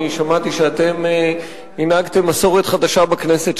אני שמעתי שאתם הנהגתם מסורת חדשה בכנסת,